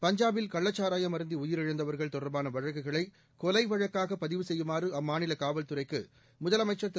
பஞ்சாபில் கள்ளச்சாராயம் அருந்தி உயிரிழந்தவர்கள் தொடர்பான வழக்குகளை கொலை வழக்காக பதிவு செய்யுமாறு அம்மாநில காவல்துறைக்கு முதலமைச்சர் திரு